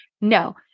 No